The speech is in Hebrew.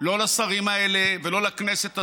לא לשרים האלה ולא לכנסת הזאת,